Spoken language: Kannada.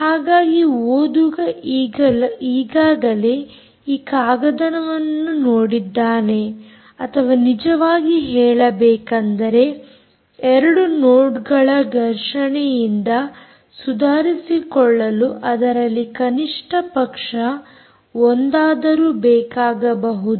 ಹಾಗಾಗಿ ಓದುಗ ಈಗಾಗಲೇ ಈ ಕಾಗದವನ್ನು ನೋಡಿದ್ದಾನೆ ಅಥವಾ ನಿಜವಾಗಿ ಹೇಳಬೇಕೆಂದರೆ 2 ನೋಡ್ಗಳ ಘರ್ಷಣೆಯಿಂದ ಸುಧಾರಿಸಿಕೊಳ್ಳಲು ಅದರಲ್ಲಿ ಕನಿಷ್ಟಪಕ್ಷ ಒಂದಾದರೂ ಬೇಕಾಗಬಹುದು